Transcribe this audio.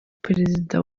perezida